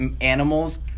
animals